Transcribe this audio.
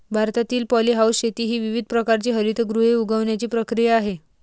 भारतातील पॉलीहाऊस शेती ही विविध प्रकारची हरितगृहे उगवण्याची प्रक्रिया आहे